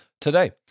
Today